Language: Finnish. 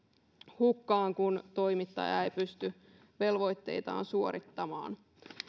hukkaan kun toimittaja ei pysty velvoitteitaan suorittamaan